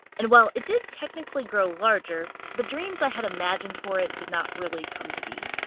and while it did technically grow larger, the dreams i had imagined for it did not really come to be.